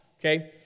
okay